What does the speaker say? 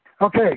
Okay